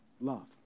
Love